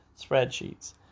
spreadsheets